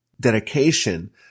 dedication